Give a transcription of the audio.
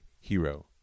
hero